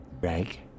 Right